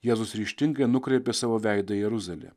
jėzus ryžtingai nukreipė savo veidą į jeruzalę